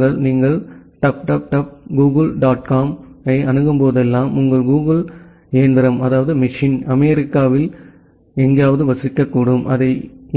சொல்லுங்கள் நீங்கள் www dot Google dot காமை அணுகும் போதெல்லாம் உங்கள் கூகிள் இயந்திரம் அமெரிக்காவில் எங்காவது வசிக்கக்கூடும் அதை